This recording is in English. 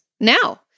Now